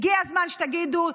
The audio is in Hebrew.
הגיע הזמן שתגידו,